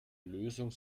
lösung